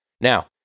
Now